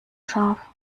scharf